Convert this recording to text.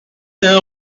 cinq